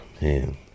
Man